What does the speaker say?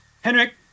Henrik